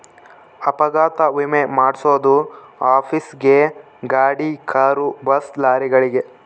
ಅಪಘಾತ ವಿಮೆ ಮಾದ್ಸೊದು ಆಫೀಸ್ ಗೇ ಗಾಡಿ ಕಾರು ಬಸ್ ಲಾರಿಗಳಿಗೆ